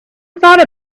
thought